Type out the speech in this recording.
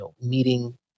meeting